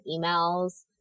emails